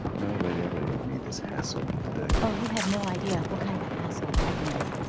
you know what, lady? i really don't need this hassle today. oh, you have no idea what kind of a hassle i can be.